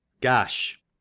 Gash